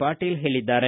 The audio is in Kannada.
ಪಾಟೀಲ ಹೇಳಿದ್ದಾರೆ